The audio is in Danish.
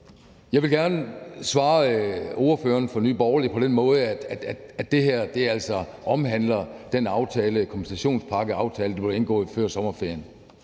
jeg vil gerne svare ordføreren for Nye Borgerlige på den måde, at det her altså omhandler den kompensationspakkeaftale, der blev indgået før sommerferien.